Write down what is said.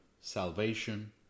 salvation